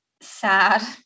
sad